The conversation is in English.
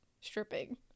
stripping